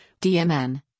DMN